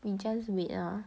we just wait ah